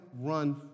run